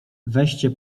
weźcie